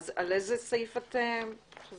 על איזה סעיף את מדברת?